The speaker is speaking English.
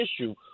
issue